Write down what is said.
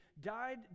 died